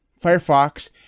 Firefox